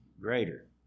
greater